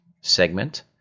segment